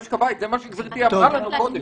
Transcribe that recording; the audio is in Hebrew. זה גם מה שגברתי אמרה לנו קודם.